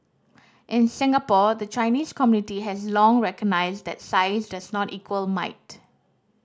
in Singapore the Chinese community has long recognised that size does not equal might